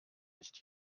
nicht